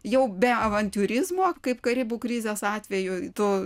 jau be avantiūrizmo kaip karibų krizės atveju to